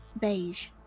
Beige